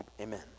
Amen